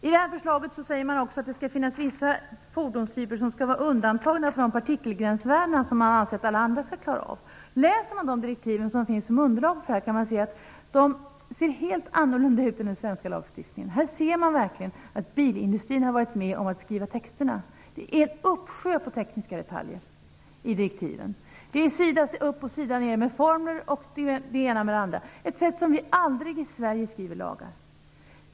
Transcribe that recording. I det här förslaget säger man också att det skall finnas vissa fordonstyper som skall vara undantagna från de partikelgränsvärden som man anser att alla andra fordon skall klara av. Läser man de direktiv som finns som underlag för detta kan man se att de ser helt annorlunda ut än den svenska lagstiftningen. Här ser man verkligen att bilindustrin har varit med om att skriva texterna. Det är en uppsjö av tekniska detaljer i direktiven. Det är sida upp och sida ned med formler osv. Det är ett sätt som vi i Sverige aldrig skriver lagar på.